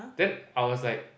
then I was like